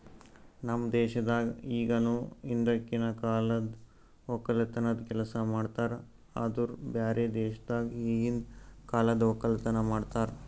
ನಮ್ ದೇಶದಾಗ್ ಇಗನು ಹಿಂದಕಿನ ಕಾಲದ್ ಒಕ್ಕಲತನದ್ ಕೆಲಸ ಮಾಡ್ತಾರ್ ಆದುರ್ ಬ್ಯಾರೆ ದೇಶದಾಗ್ ಈಗಿಂದ್ ಕಾಲದ್ ಒಕ್ಕಲತನ ಮಾಡ್ತಾರ್